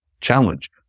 challenge